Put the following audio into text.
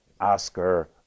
Oscar